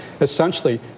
essentially